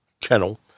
channel